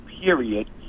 period